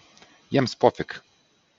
jiems pofik